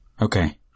Okay